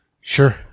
Sure